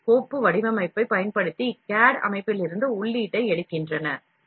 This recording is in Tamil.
எல் கோப்பு வடிவமைப்பைப் பயன்படுத்தி CAD அமைப்பிலிருந்து உள்ளீட்டை எடுக்கின்றன